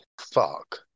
fuck